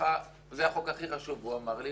זה החוק הכי חשוב הוא אמר לי.